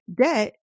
debt